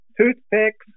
toothpicks